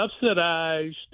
subsidized